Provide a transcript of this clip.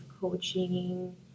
coaching